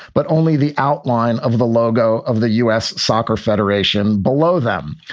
but only the outline of the logo of the u s. soccer federation. below them,